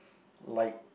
like